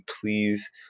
please